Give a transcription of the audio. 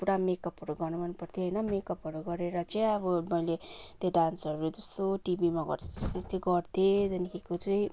पुरा मेकअपहरू गर्नु मन पर्थ्यो होइन मेकअपहरू गरेर चाहिँ अब मैले त्यो डान्सहरू जस्तो टिभीमा गर्दैछ त्यस्तै गर्थेँ त्यहाँदेखिको चाहिँ